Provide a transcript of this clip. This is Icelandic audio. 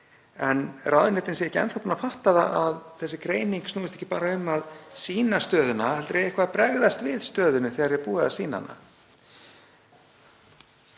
en ráðuneytin séu ekki enn þá búin að fatta það að þessi greining snúist ekki bara um að sýna stöðuna heldur eigi að bregðast við stöðunni þegar búið er að sýna hana.